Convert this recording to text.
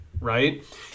right